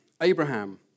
Abraham